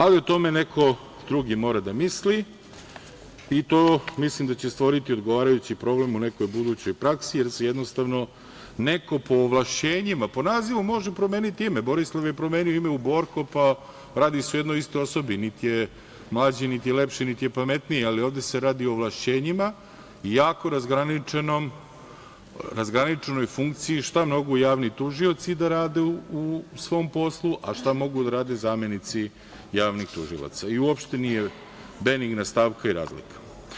Ali, u tome neko drugi mora da misli i to mislim da će stvoriti odgovarajući problem u nekoj budućoj praksi, jer se jednostavno po ovlašćenjima, po nazivu može promeniti ime, Borislav je promenio ime u Borko, pa radi se o jednoj istoj osobi, niti je mlađi, niti lepši, niti pametniji, ali ovde se radi o ovlašćenjima, jako razgraničenoj funkciji, šta mogu javni tužioci da rade u svom poslu, a šta mogu da rade zamenici javnih tužilaca, i uopšte nije benigna stavka i razlika.